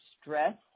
stress